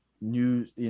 news